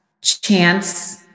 chance